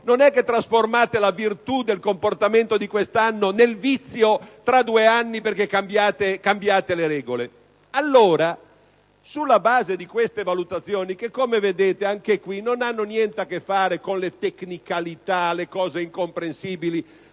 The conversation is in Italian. non potere trasformare la virtù del comportamento di quell'anno nel vizio tra due anni perché cambiate le regole. Sulla base di queste valutazioni - che come vedete anche in questo caso non hanno niente a che fare con le tecnicalità e le cose incomprensibili,